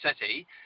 city